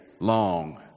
long